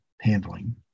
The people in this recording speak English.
handling